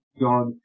God